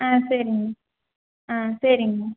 ஆ சரிங் ஆ சரிங்